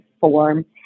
form